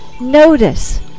Notice